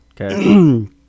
Okay